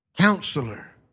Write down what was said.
Counselor